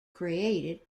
created